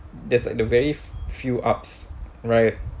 that's the very few ups right